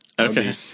Okay